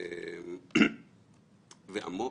מקצועי ועמוק.